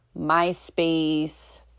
MySpace